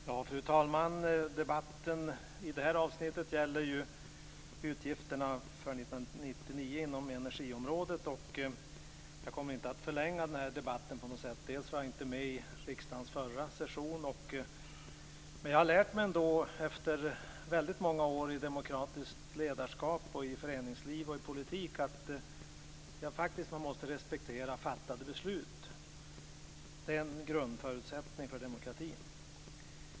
Fru talman! Debatten i det här avsnittet gäller ju utgifterna under 1999 för energiområdet. Jag kommer inte på något sätt att förlänga den här debatten, bl.a. därför att jag inte var med under riksdagens förra session, men jag har efter många år i demokratiskt ledarskap, i föreningsliv och i politik lärt mig att man måste respektera fattade beslut. Det är en grundförutsättning för demokratin.